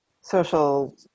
social